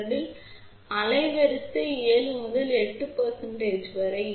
மீண்டும் ஜிஎஸ்எம் 900 இல் அலைவரிசை 7 முதல் 8 வரை இருக்கும்